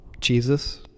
Jesus